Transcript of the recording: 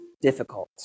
difficult